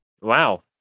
Wow